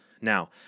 Now